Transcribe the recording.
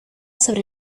sobre